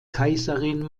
kaiserin